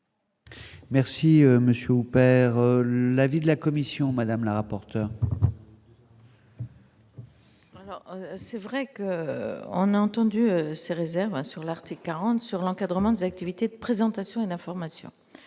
Merci monsieur opère l'avis de la commission Madame la rapporteure. C'est vrai que on a entendu ses réserves sur l'article 40 sur l'encadrement des activités de présentation d'informations.